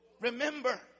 Remember